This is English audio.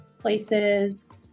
places